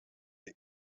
the